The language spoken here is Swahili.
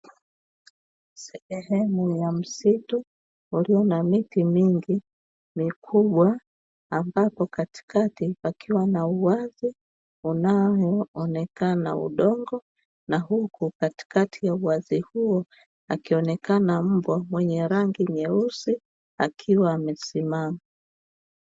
Sehemu ya misitu uliyo na miti mingi mikubwa ambapo katikati pakiwa na uwazi unaoonekana udongo, na huku katikati ya uwazi huo akionekana mbwa, mwenye rangi nyeusi akiwa amesimama.